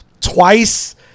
twice